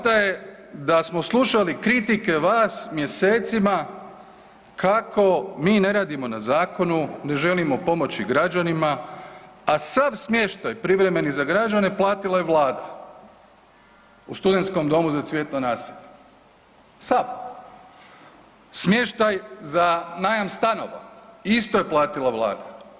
Poanta je da smo slušali kritike vas mjesecima kako mi ne radimo na zakonu, ne želimo pomoći građanima, a sav smještaj privremeni za građane platila je Vlada u Studentskom domu za Cvjetno naselje, sav, smještaj za najam stanova isto je platila Vlada.